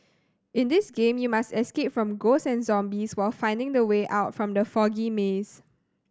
in this game you must escape from ghosts and zombies while finding the way out from the foggy maze